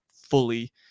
fully